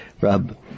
Rob